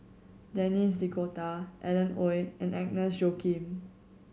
Denis D'Cotta Alan Oei and Agnes Joaquim